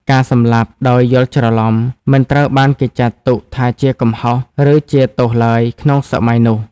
ការសម្លាប់ «ដោយយល់ច្រឡំ» មិនត្រូវបានគេចាត់ទុកថាជាកំហុស ឬជាទោសឡើយក្នុងសម័យនោះ។